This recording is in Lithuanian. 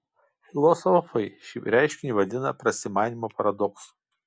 filosofai šį reiškinį vadina prasimanymo paradoksu